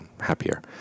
happier